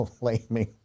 blaming